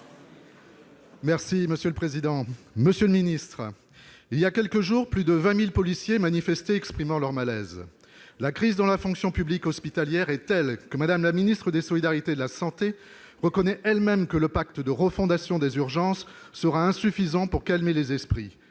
Merci, monsieur le président. Monsieur le ministre, voilà quelques jours, plus de 20 000 policiers manifestaient pour exprimer leur malaise. La crise dans la fonction publique hospitalière est telle que Mme la ministre des solidarités et de la santé reconnaît elle-même que le pacte de refondation des urgences sera insuffisant pour calmer les esprits.